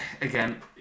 again